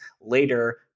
later